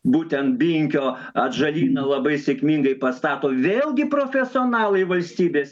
būtent binkio atžalyną labai sėkmingai pastato vėlgi profesionalai valstybės